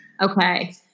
Okay